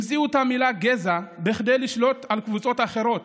המציאו את המילה "גזע" כדי לשלוט על קבוצות אחרות.